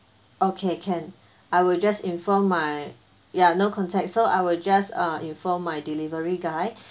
okay can I will just inform my ya no contact so I will just uh inform my delivery guy